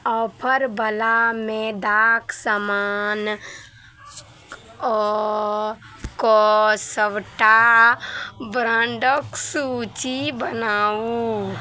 ऑफरवला मैदाक सामान अऽ कऽ सबटा ब्रांडक सूची बनाउ